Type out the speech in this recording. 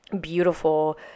beautiful